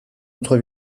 autre